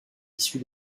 issue